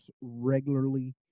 regularly